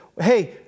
hey